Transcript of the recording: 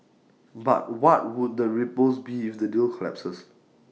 but what would the ripples be if the deal collapses